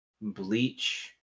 bleach